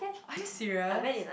are you serious